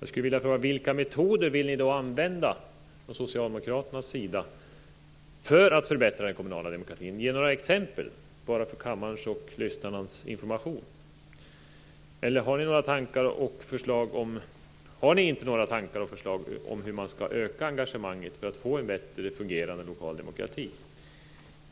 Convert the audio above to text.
Jag skulle vilja fråga: Vilka metoder vill ni då använda från socialdemokraternas sida för att förbättra den kommunala demokratin? Ge några exempel bara för kammarens och lyssnarnas information. Har ni kanske inte några tankar eller förslag om hur man skall öka engagemanget för att få en bättre fungerande lokal demokrati?